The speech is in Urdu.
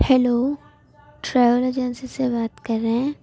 ہیلو ٹریویل ایجنسی سے بات کر رہے ہیں